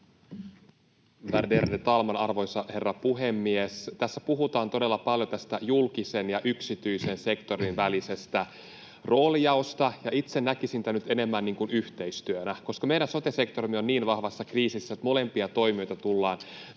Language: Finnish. Värderade talman, arvoisa herra puhemies! Tässä puhutaan todella paljon tästä julkisen ja yksityisen sektorin välisestä roolijaosta. Itse näkisin tämän nyt enemmän yhteistyönä, koska meidän sote-sektorimme on niin vahvassa kriisissä, että molempia toimijoita tullaan